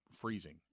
freezing